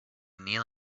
kneel